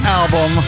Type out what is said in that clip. album